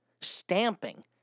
stamping